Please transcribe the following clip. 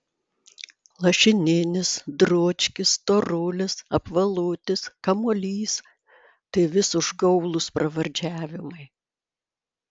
lašininis dručkis storulis apvalutis kamuolys tai vis užgaulūs pravardžiavimai